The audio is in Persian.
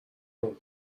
اون